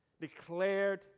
declared